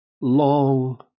long